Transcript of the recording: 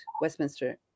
Westminster